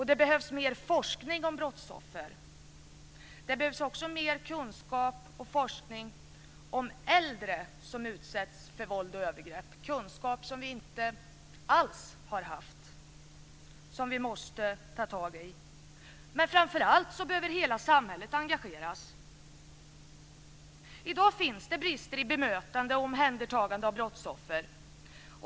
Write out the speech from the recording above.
Det behövs mer forskning om brottsoffer och också mer kunskap och forskning om äldre som utsätts för våld och övergrepp - kunskap som vi inte alls har haft och som är något som vi måste ta tag i. Framför allt behöver hela samhället engageras. I dag finns det brister i bemötande och omhändertagande av brottsoffer.